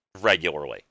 regularly